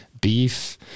beef